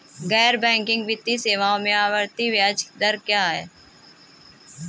गैर बैंकिंग वित्तीय सेवाओं में आवर्ती ब्याज दर क्या है?